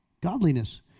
godliness